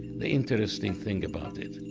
the interesting thing about it. and